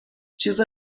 چیز